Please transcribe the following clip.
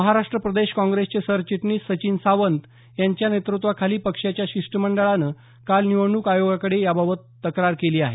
महाराष्ट प्रदेश काँग्रेसचे सरचिटणीस सचिन सावंत यांच्या नेतृत्वाखाली पक्षाच्या शिष्टमंडळानं काल निवडणूक आयोगाकडे याबाबत तक्रार केली आहे